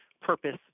purpose